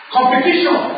Competition